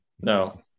no